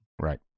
Right